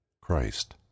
Christ